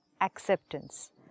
Acceptance